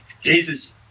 Jesus